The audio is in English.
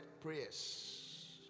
prayers